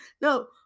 No